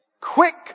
Quick